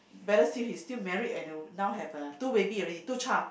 better still he still married and now have a two baby already two child